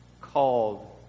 called